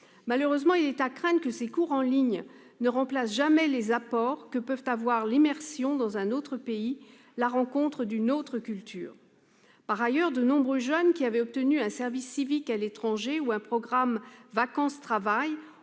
Hélas, il est à craindre que ces cours en ligne ne remplacent jamais les apports résultant de l'immersion dans un autre pays et de la rencontre d'une autre culture. Par ailleurs, de nombreux jeunes qui avaient obtenu un service civique à l'étranger ou un programme vacances-travail